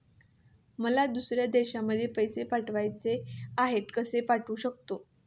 मला दुसऱ्या देशामध्ये पैसे पाठवायचे आहेत कसे पाठवू शकते?